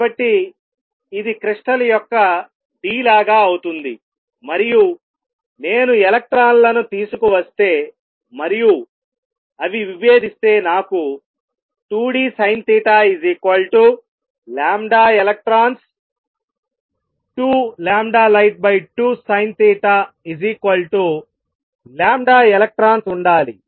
కాబట్టి ఇది క్రిస్టల్ యొక్క d లాగా అవుతుందిమరియు నేను ఎలక్ట్రాన్లను తీసుకువస్తే మరియు అవి విభేదిస్తే నాకు 2 d sinelectrons 2light2Sinθelectrons ఉండాలి